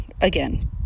Again